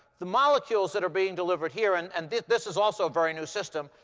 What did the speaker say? the molecules that are being delivered here and and this this is also a very new system,